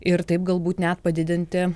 ir taip galbūt net padidinti